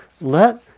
let